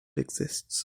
exists